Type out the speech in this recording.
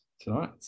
tonight